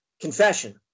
confession